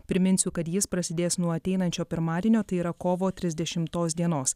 priminsiu kad jis prasidės nuo ateinančio pirmadienio ta yra kovo trisdešimtos dienos